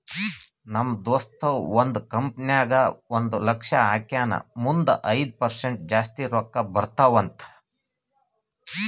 ನಮ್ ದೋಸ್ತ ಒಂದ್ ಕಂಪನಿ ನಾಗ್ ಒಂದ್ ಲಕ್ಷ ಹಾಕ್ಯಾನ್ ಮುಂದ್ ಐಯ್ದ ಪರ್ಸೆಂಟ್ ಜಾಸ್ತಿ ರೊಕ್ಕಾ ಬರ್ತಾವ ಅಂತ್